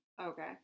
Okay